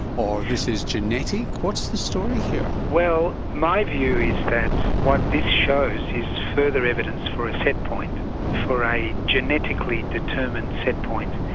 or this is genetic, what's the story here? well my view is that what this shows is further evidence for a set point for a genetically determined set point.